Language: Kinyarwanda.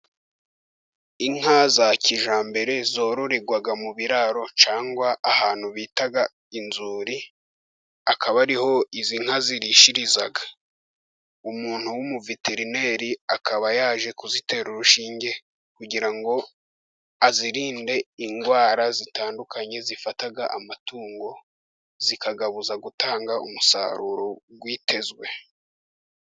Inka za kijyambere zororerwa mu biraro, cyangwa ahantu bita inzuri, akaba ariho izi nka zirishiriza. Umuntu w'umuveterineri akaba yaje kuzitera urushinge, kugira ngo azirinde indwara zitandukanye zifata amatungo, zikayabuza gutanga umusaruro witezwe.